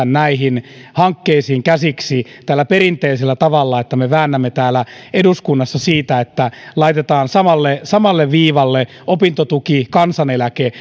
näihin hankkeisiin käsiksi tällä perinteisellä tavalla että me väännämme täällä eduskunnassa siitä että laitetaan samalle samalle viivalle opintotuki kansaneläke